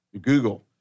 Google